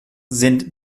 sind